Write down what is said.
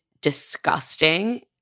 disgusting